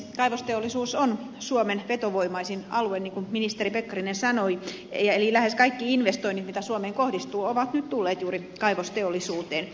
kaivosteollisuus on suomen vetovoimaisin alue niin kuin ministeri pekkarinen sanoi eli lähes kaikki investoinnit mitä suomeen kohdistuu ovat nyt tulleet juuri kaivosteollisuuteen